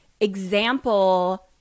example